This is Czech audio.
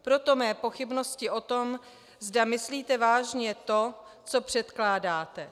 Proto mé pochybnosti o tom, zda myslíte vážně to, co předkládáte.